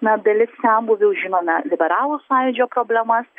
na dalis senbuvių žinome liberalų sąjūdžio problemas